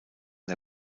der